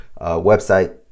website